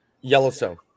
Yellowstone